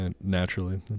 naturally